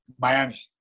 Miami